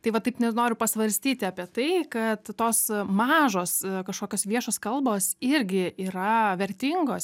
tai va taip noriu pasvarstyti apie tai kad tos mažos kažkokios viešos kalbos irgi yra vertingos